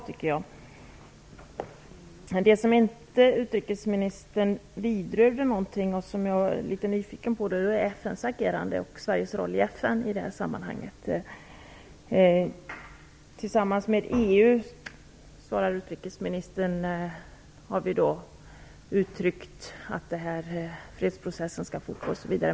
Något som utrikesministern inte berörde och som jag är nyfiken på, är FN:s agerande och Sveriges roll i FN i det sammanhanget. Utrikesministern sade att vi tillsammans med EU har uttryckt att fredsprocessen bör fortgå.